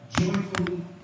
joyfully